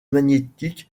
magnétiques